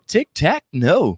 Tic-tac-no